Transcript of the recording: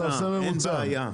אין בעיה.